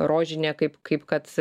rožinė kaip kaip kad